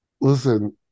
listen